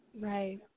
right